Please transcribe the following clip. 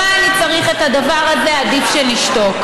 תודה רבה ליושב-ראש ועדת הכנסת.